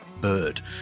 Bird